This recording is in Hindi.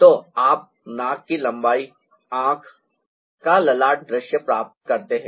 तो आप नाक की लंबाई आंख का ललाट दृश्य प्राप्त करते हैं